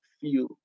feel